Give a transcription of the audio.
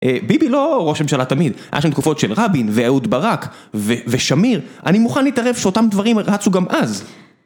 ביבי לא ראש הממשלה תמיד, היה שם תקופות של רבין, ואהוד ברק, ושמיר אני מוכן להתערב שאותם דברים רצו גם אז